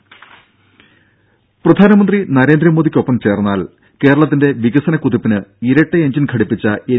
രംഭ പ്രധാനമന്ത്രി നരേന്ദ്രമോദിക്കൊപ്പം ചേർന്നാൽ കേരളത്തിന്റെ വികസന കുതിപ്പിന് ഇരട്ട എഞ്ചിൻ ഘടിപ്പിച്ച എൻ